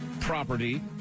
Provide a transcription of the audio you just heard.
property